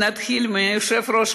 ונתחיל מיושב-ראש